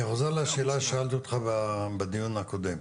חוזר לשאלה ששאלתי אותך בדיון הקודם,